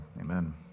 Amen